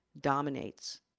dominates